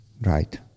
Right